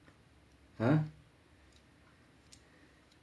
!huh!